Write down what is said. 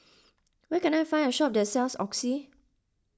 where can I find a shop that sells Oxy